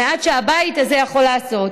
המעט שהבית הזה יכול לעשות,